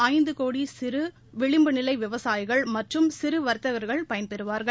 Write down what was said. ஐந்து கோடி சிறு விளிம்பு நிலை விவசாயிகள் மற்றும் சிறு வர்த்தகர்கள் பயன்பெறுவார்கள்